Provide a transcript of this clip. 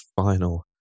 final